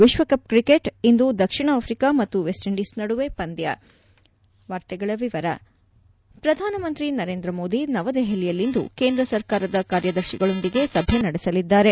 ವಿಶ್ವಕಪ್ ಕ್ರಿಕೆಟ್ ಇಂದು ದಕ್ಷಿಣ ಆಫ್ರಿಕಾ ಮತ್ತು ವೆಸ್ಟ್ಇಂಡೀಸ್ ನಡುವೆ ಪಂದ್ಯ ಪ್ರಧಾನಮಂತ್ರಿ ನರೇಂದ್ರ ಮೋದಿ ನವದೆಹಲಿಯಲ್ಲಿಂದು ಕೇಂದ್ರ ಸರ್ಕಾರದ ಕಾರ್ಯದರ್ಶಿಗಳೊಂದಿಗೆ ಸಭೆ ನಡೆಸಲಿದ್ದಾರೆ